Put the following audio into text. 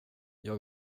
jag